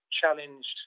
challenged